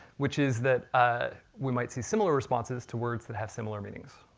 which is that ah we might see similar responses to words that have similar meanings.